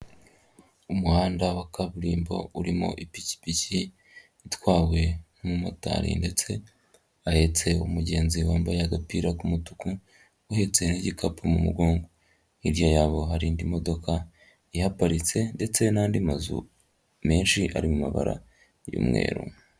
Umuhanda wa kaburimbo urimo ipikipiki itwawe n'umumotari ndetse ahetse umugenzi wambaye agapira k'umutuku, uhetse n'igikapu mu mugongo, hirya yabo hari ndi modokadoka ihaparitse ndetse n'andi mazu menshi ari mu mabara y'umweru.